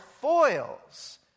foils